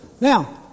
Now